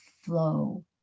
flow